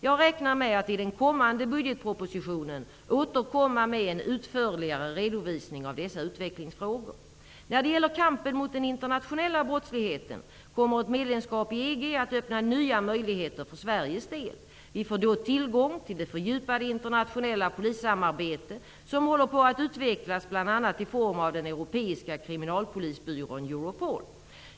Jag räknar med att i den kommande budgetpropositionen återkomma med en utförligare redovisning av dessa utvecklingsfrågor. När det gäller kampen mot den internationella brottsligheten kommer ett medlemskap i EG att öppna nya möjligheter för Sveriges del. Vi får då tillgång till det fördjupade internationella polissamarbete som håller på att utvecklas, bl.a. i form av den europeiska kriminalpolisbyrån Europol.